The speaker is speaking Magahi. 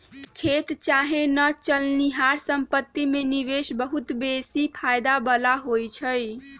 खेत चाहे न चलनिहार संपत्ति में निवेश बहुते बेशी फयदा बला होइ छइ